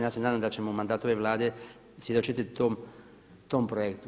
Ja se nadam da ćemo u mandatu ove Vlade svjedočiti tom projektu.